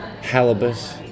halibut